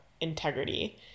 integrity